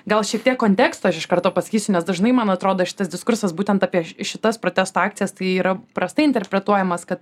gal šiek tiek kontekstą aš iš karto pasakysiu nes dažnai man atrodo šitas diskursas būtent apie šitas protesto akcijas tai yra prastai interpretuojamas kad